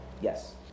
Yes